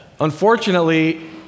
Unfortunately